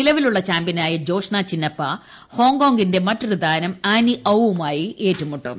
നിലവിലുള്ള ചാമ്പൃനായ ജോഷ്നാ ചിന്നപ്പ ഹോങ്കോങ്ങി മറ്റൊരു താരം ആനി ഔ വുമായി ഏറ്റുമുട്ടും